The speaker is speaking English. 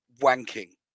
wanking